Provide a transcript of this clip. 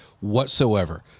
whatsoever